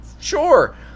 Sure